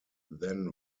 then